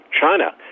China